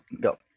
go